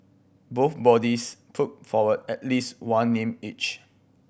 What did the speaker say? both bodies put forward at least one name each